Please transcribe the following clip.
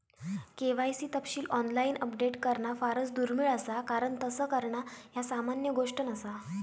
KYC तपशील online update करणा फारच दुर्मिळ असा कारण तस करणा ह्या सामान्य गोष्ट नसा